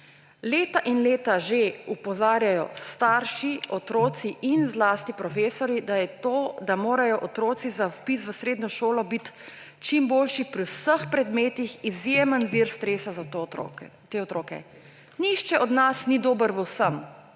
Leta in leta že opozarjajo starši, otroci in zlasti profesorji, da je to, da morajo otroci za vpis v srednjo šolo biti čim boljši pri vseh predmetih, izjemen vir stresa za te otroke. Nihče od nas ni dober v vsem.